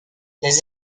les